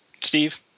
Steve